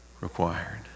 required